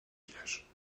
village